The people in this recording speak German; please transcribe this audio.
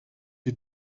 die